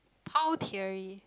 pao theory